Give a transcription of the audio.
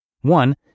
One